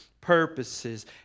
purposes